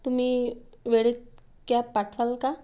तुम्ही वेळेत कॅब पाठवाल का